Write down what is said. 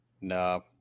No